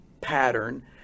pattern